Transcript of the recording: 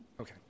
Okay